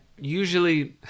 usually